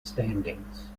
standings